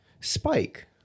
Spike